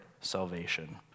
salvation